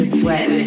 sweat